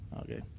okay